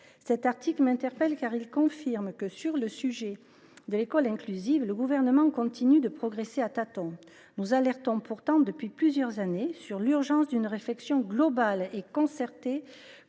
Cet article m’interpelle, car il confirme que, sur le sujet de l’école inclusive, le Gouvernement continue de progresser à tâtons. Nous mettons pourtant en garde depuis plusieurs années sur l’urgence d’une réflexion globale et concertée